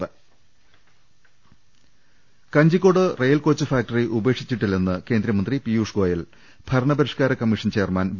രദ്ദേഷ്ടങ Kanjikode rail coach factory ഉപേക്ഷിച്ചിട്ടില്ലെന്ന് കേന്ദ്രമന്ത്രി പിയൂഷ് ഗോയൽ ഭരണ പരിഷ്കാര കമ്മീഷൻ ചെയർമാൻ വി